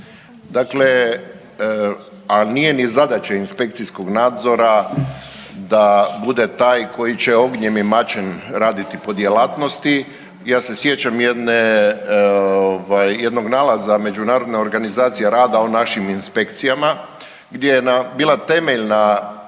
Dakle, a nije ni zadaća inspekcijskog nadzora da bude taj koji će ognjem i mačem raditi po djelatnosti. Ja se sjećam jednog nalaza Međunarodne organizacije rada o našim inspekcijama, gdje je bila temeljna